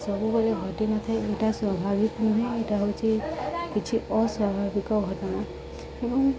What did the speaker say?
ସବୁବେଳେ ଘଟିିନଥାଏ ଏଇଟା ସ୍ୱାଭାବିକ ନୁହେଁ ଏଇଟା ହଉଛି କିଛି ଅସ୍ୱାଭାବିକ ଘଟଣା ଏବଂ